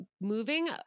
moving